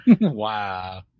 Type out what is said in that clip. wow